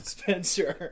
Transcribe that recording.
Spencer